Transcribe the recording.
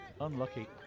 Unlucky